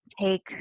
take